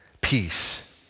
Peace